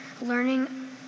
learning